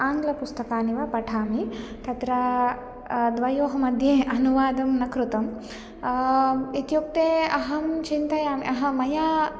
आङ्लपुस्तकानि वा पठामि तत्र द्वयोः मध्ये अनुवादं न कृतम् इत्युक्ते अहं चिन्तयामि अहम् मया